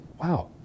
wow